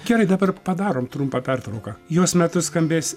gerai dabar padarom trumpą pertrauką jos metu skambės